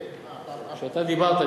כשאתה דיברת,